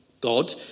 God